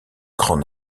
grands